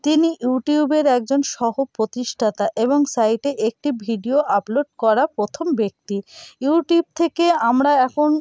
তিনি ইউটিউবের একজন সহ প্রতিষ্ঠাতা এবং সাইটে একটি ভিডিও আপলোড করা প্রথম ব্যক্তি ইউটিউব থেকে আমরা এখন